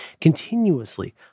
continuously